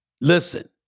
Listen